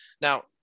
Now